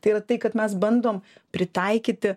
tai yra tai kad mes bandom pritaikyti